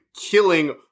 killing